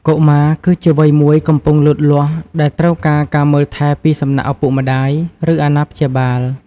កុមារគឺជាវ័យមួយកំពុងលូតលាស់ដែលត្រូវការការមើលថែរពីសំណាក់ឪពុកម្ដាយ ឬអាណាព្យាបាល។